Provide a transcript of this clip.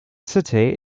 city